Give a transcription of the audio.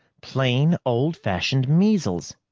plain old-fashioned measles.